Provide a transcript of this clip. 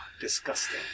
disgusting